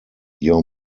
your